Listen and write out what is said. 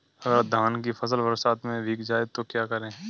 अगर धान की फसल बरसात में भीग जाए तो क्या करें?